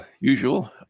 usual